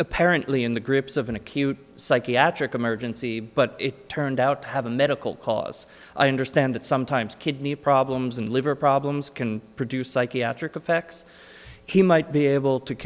apparently in the grips of an acute psychiatric emergency but it turned out to have a medical cause i understand that sometimes kidney problems and liver problems can produce psychiatric effects he might be able to